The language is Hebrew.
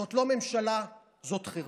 זאת לא ממשלה, זאת חרפה.